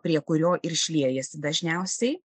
prie kurio ir šliejasi dažniausiai